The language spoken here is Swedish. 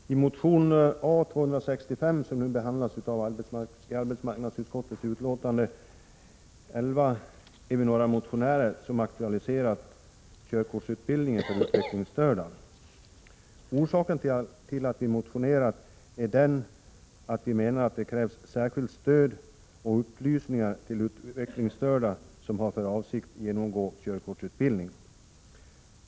Herr talman! I motion 1986 87:11, aktualiseras körkortsutbildningen för utvecklingsstörda. Orsaken till att vi motionerat är att vi menar att det krävs särskilt stöd och upplysningar till utvecklingsstörda som har för avsikt genomgå körkortsutbildning.